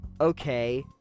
okay